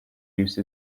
use